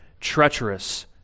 treacherous